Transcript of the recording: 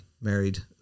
married